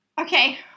Okay